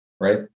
right